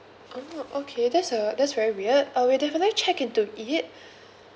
oh okay that's uh that's very weird uh we'll definitely check into it